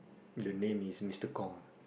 the name is Mister-Kong